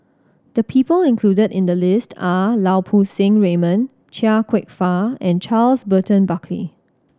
the people included in the list are Lau Poo Seng Raymond Chia Kwek Fah and Charles Burton Buckley